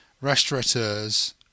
restaurateurs